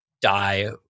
die